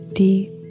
deep